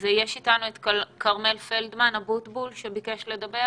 אז יש איתנו את כרמל פלדמן אבוטבול שביקשה לדבר